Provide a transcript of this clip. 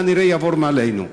כנראה יעבור מעלינו.